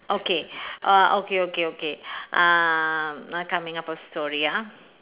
okay uh okay okay okay uh now coming up a story ah